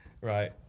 Right